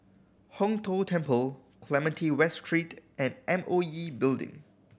Hong Tho Temple Clementi West Street and M O E Building